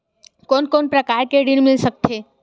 कोन कोन प्रकार के ऋण मिल सकथे?